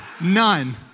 None